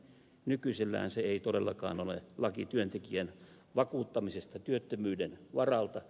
nykyisellään se ei todellakaan ole laki työntekijän vakuuttamisesta työttömyyden varalta